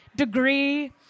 Degree